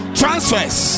transfers